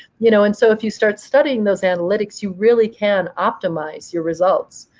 you know and so if you start studying those analytics, you really can optimize your results.